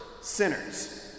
sinners